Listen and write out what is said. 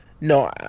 No